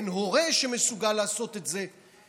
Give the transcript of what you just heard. אין הורה שמסוגל לעשות את זה.